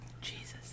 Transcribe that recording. Jesus